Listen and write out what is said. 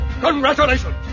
Congratulations